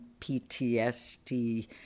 PTSD